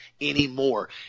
anymore